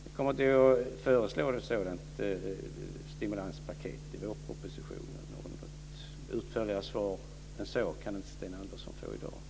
Nu kommer jag att föreslå ett sådant stimulanspaket i vårpropositionen. Något utförligare svar än så kan Sten Andersson inte få i dag.